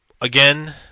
Again